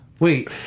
Wait